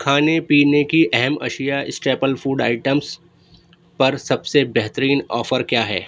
کھانے پینے کی اہم اشیا اسٹیبل فوڈ آئٹمس پر سب سے بہترین آفر کیا ہے